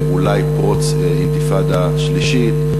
אולי פרוץ אינתיפאדה שלישית,